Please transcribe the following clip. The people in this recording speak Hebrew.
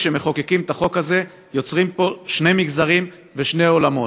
כשמחוקקים את החוק הזה יוצרים שני מגזרים ושני עולמות,